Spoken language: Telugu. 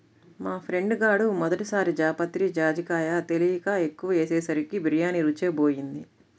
మా ఫ్రెండు గాడు మొదటి సారి జాపత్రి, జాజికాయ తెలియక ఎక్కువ ఏసేసరికి బిర్యానీ రుచే బోయింది